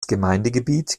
gemeindegebiet